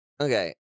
Okay